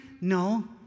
No